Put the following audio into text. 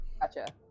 gotcha